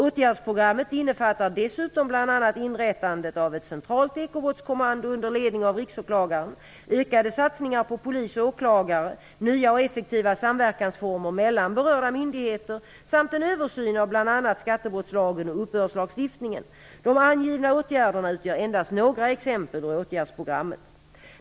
Åtgärdsprogrammet innefattar dessutom bl.a. inrättandet av ett central ekobrottskommando under ledning av Riksåklagaren, ökade satsningar på polis och åklagare, nya och effektivare samverkansformer mellan berörda myndigheter samt en översyn av bl.a. skattebrottslagen och uppbördslagstiftningen. De angivna åtgärderna utgör endast några exempel ur åtgärdsprogrammet.